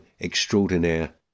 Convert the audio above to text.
Extraordinaire